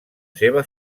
seva